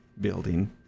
building